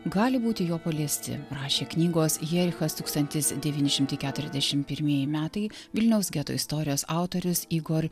gali būti jo paliesti rašė knygos jerichas tūkstantis devyni šimtai keturiasdešim pirmieji metai vilniaus geto istorijos autorius igor